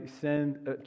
send